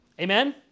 Amen